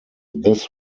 this